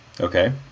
Okay